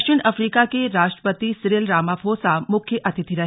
दक्षिण अफ्रीका के राष्ट्रपति सिरिल रामाफोसा मुख्य अतिथि रहे